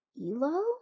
ELO